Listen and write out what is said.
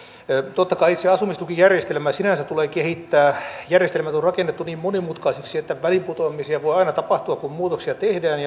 totta kai itse asumistukijärjestelmää sinänsä tulee kehittää järjestelmät on rakennettu niin monimutkaisiksi että väliinputoamisia voi aina tapahtua kun muutoksia tehdään